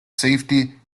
safety